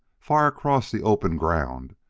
far across the open ground,